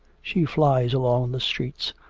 she flies along the streets,